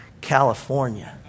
California